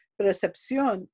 percepción